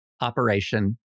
operation